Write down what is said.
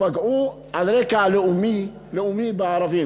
ופגעו על רקע לאומי בערבים.